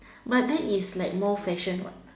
but then is like more fashion what